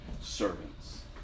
servants